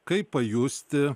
kaip pajusti